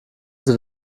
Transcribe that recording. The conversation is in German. sind